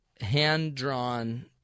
hand-drawn